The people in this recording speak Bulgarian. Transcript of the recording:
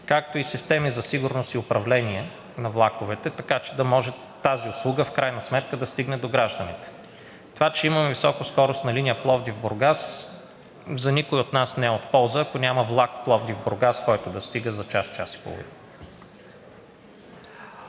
както и системи за сигурност и управление на влаковете, така че да може тази услуга в крайна сметка да стигне до гражданите. Това, че имаме високоскоростна линия Пловдив – Бургас, за никого от нас не е от полза, ако няма влак Пловдив – Бургас, който да стига за час, час и половина.